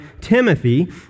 Timothy